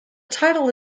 title